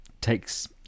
takes